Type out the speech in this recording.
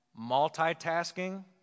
multitasking